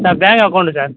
sir bank account sir